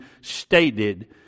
stated